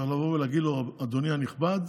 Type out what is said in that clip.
צריך לבוא ולהגיד לו: אדוני הנכבד,